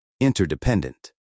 Interdependent